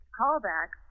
callback